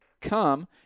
come